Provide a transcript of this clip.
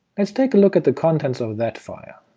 let's take a look at the contents of that file.